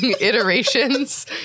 iterations